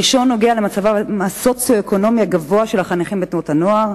הראשון נוגע למעמדם הסוציו-אקונומי הגבוה של החניכים בתנועות הנוער.